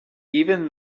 even